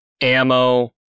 ammo